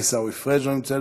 עיסאווי פריג' אינו נוכח,